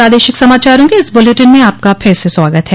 प्रादेशिक समाचारों के इस बुलेटिन में आपका फिर से स्वागत है